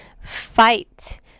fight